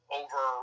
over